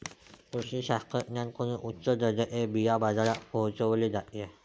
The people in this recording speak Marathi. कृषी शास्त्रज्ञांकडून उच्च दर्जाचे बिया बाजारात पोहोचवले जाते